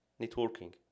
networking